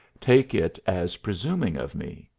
take it as presuming of me.